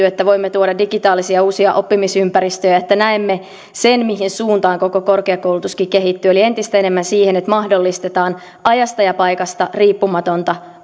että voimme tuoda digitaalisia uusia oppimisympäristöjä että näemme sen mihin suuntaan koko korkeakoulutuskin kehittyy eli entistä enemmän siihen että mahdollistetaan ajasta ja paikasta riippumatonta